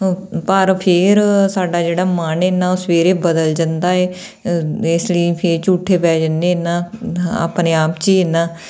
ਪਰ ਫੇਰ ਸਾਡਾ ਜਿਹੜਾ ਮਨ ਇਨਾ ਉਹ ਸਵੇਰੇ ਬਦਲ ਜਾਂਦਾ ਏ ਇਸ ਲਈ ਫੇਰ ਝੂਠੇ ਪੈ ਜਾਂਦੇ ਇਨਾ ਆਪਣੇ ਆਪ ਚ ਈ ਇਨਾ